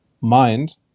mind